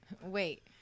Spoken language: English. Wait